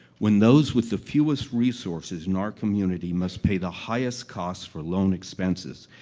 when those with the fewest resources in our community must pay the highest costs for loan expenses,